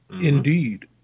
Indeed